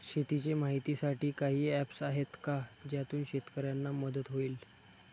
शेतीचे माहितीसाठी काही ऍप्स आहेत का ज्यातून शेतकऱ्यांना मदत होईल?